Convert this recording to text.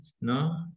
no